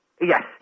Yes